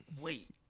Wait